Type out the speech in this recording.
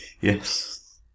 Yes